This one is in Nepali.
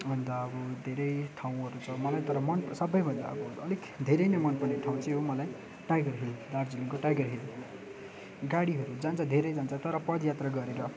अन्त अब धेरै ठाउँहरू छ मलाई तर मन सबैभन्दा अब अलिक धेरै नै मनपर्ने ठाउँ चाहिँ हो मलाई टाइगर हिल दार्जिलिङको टाइगर हिल गाडीहरू जान्छ धेरै जान्छ तर पदयात्रा गरेर